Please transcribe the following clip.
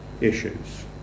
issues